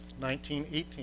1918